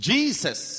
Jesus